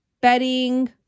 bedding